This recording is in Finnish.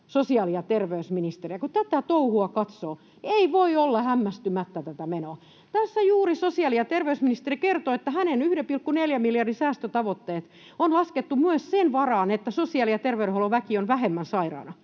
sosiaali- ja terveysministeriä. Kun tätä touhua katsoo, ei voi olla hämmästymättä tätä menoa. Tässä juuri sosiaali- ja terveysministeri kertoi, että hänen 1,4 miljardin säästötavoitteensa on laskettu myös sen varaan, että sosiaali- ja terveydenhuollon väki on vähemmän sairaana,